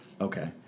Okay